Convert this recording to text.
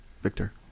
Victor